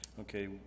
Okay